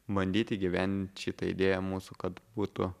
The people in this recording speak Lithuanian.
bandyti įgyvendinti šitą idėją mūsų kad būtų